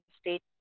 state